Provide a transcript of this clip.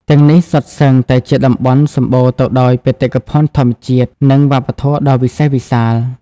ទាំងនេះសុទ្ធសឹងតែជាតំបន់សម្បូរទៅដោយបេតិកភណ្ឌធម្មជាតិ និងវប្បធម៌ដ៏វិសេសវិសាល។